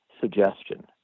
suggestion